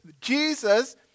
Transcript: Jesus